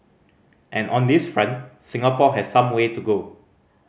and on this front Singapore has some way to go